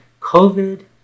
covid